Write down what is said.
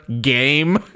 game